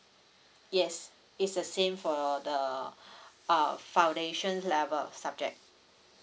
yes it's the same for the uh foundation level subject